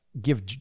give